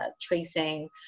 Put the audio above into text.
tracing